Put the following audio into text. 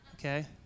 Okay